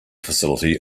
facility